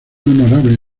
honorable